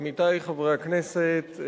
עמיתי חברי הכנסת,